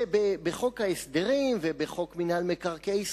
זה בחוק ההסדרים ובחוק מינהל מקרקעי ישראל,